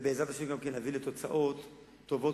ובעזרת השם גם נביא לתוצאות טובות,